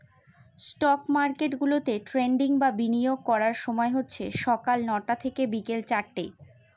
stock market গুলাতে trading বা বিনিয়োগ করার সময় হচ্ছে সকাল নটা থেকে বিকেল চারটে